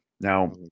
Now